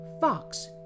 Fox